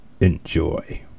enjoy